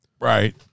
Right